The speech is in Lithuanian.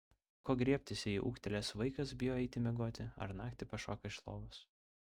ko griebtis jei ūgtelėjęs vaikas bijo eiti miegoti ar naktį pašoka iš lovos